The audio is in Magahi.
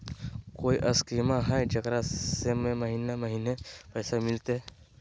कोइ स्कीमा हय, जेकरा में महीने महीने पैसा मिलते?